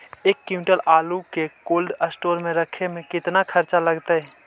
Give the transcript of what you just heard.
एक क्विंटल आलू के कोल्ड अस्टोर मे रखे मे केतना खरचा लगतइ?